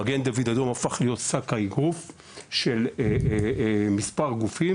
מגן דוד אדום הפך להיות שק האגרוף של מספר גופים,